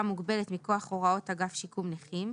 מוגבלת מכוח הוראות אגף שיקום נכים,